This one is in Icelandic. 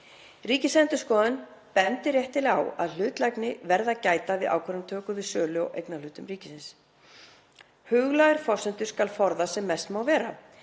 Ríkisendurskoðun bendir réttilega á að hlutlægni verði að gæta við ákvarðanatöku við sölu á eignarhlutum ríkisins. Huglægar forsendur skal forðast sem mest má vera.